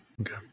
Okay